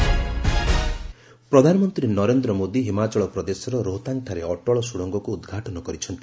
PM Atal tunnel ପ୍ରଧାନମନ୍ତ୍ରୀ ନରେନ୍ଦ୍ର ମୋଦୀ ହିମାଚଳ ପ୍ରଦେଶର ରୋହତାଙ୍ଗଠାରେ ଅଟଳ ସୁଡଙ୍ଗକୁ ଉଦ୍ଘାଟନ କରିଛନ୍ତି